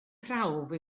prawf